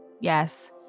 Yes